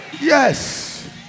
Yes